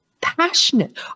passionate